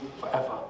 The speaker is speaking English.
forever